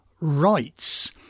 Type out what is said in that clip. rights